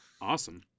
Awesome